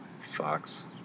Fox